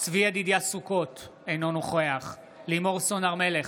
צבי ידידיה סוכות, אינו נוכח לימור סון הר מלך,